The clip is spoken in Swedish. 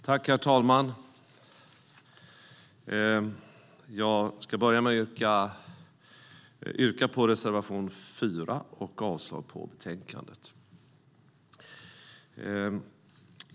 Herr talman! Jag börjar med att yrka bifall till reservation 4 och avslag på förslaget i betänkandet.